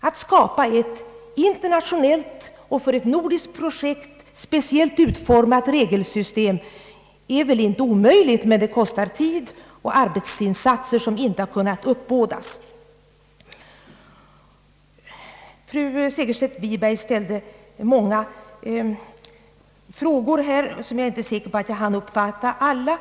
Att skapa ett internationellt, för ett nordiskt projekt speciellt utformat regelsystem är väl inte omöjligt, men det kostar tid och arbetsinsatser som inte har kunnat uppbådas. Fru Segerstedt Wiberg ställde många frågor. Jag är inte säker på att jag hann uppfatta alla.